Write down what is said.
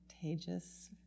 contagious